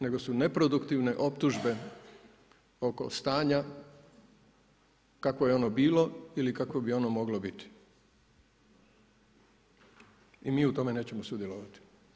Nego su neproduktivne optužbe oko stanja kakvo je ono bilo ili kakvo je ono moglo biti i mi u tome nećemo sudjelovati.